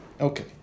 Okay